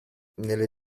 nelle